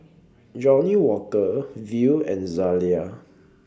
Johnnie Walker Viu and Zalia